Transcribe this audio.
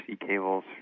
cables